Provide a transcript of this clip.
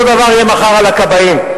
אותו הדבר יהיה מחר על הכבאים.